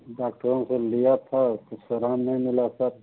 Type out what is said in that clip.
डॉक्टरों से लिया था कुछ आराम नहीं मिला सर